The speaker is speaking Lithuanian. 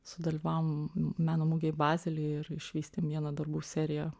sudalyvavom meno mugėj bazely ir išvystėm vieną darbų seriją